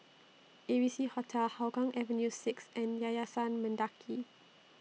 A B C Hostel Hougang Avenue six and Yayasan Mendaki